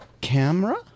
camera